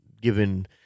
given